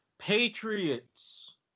Patriots